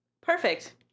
Perfect